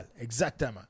exactement